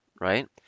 right